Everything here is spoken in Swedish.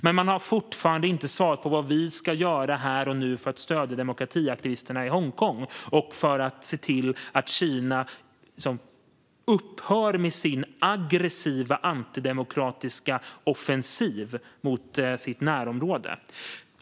Men man har fortfarande inte svarat på vad vi ska göra här och nu för att stödja demokratiaktivisterna i Hongkong och för att se till att Kina upphör med sin aggressiva, antidemokratiska offensiv mot sitt närområde.